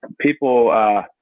people